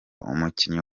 umukinnyi